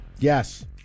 Yes